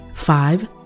Five